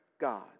God